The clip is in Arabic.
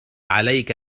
عليك